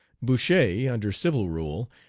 bouchet, under civil rule,